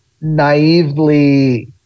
naively